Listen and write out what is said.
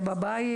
בבית.